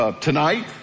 tonight